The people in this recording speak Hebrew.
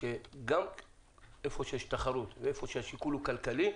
שגם איפה שיש תחרות ואיפה שהשיקול הוא כלכלי,